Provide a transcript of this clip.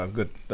good